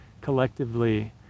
collectively